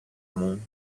μου